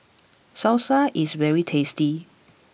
Salsa is very tasty